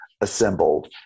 assembled